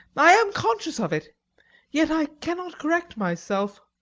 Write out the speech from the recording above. i am conscious of it yet i cannot correct myself!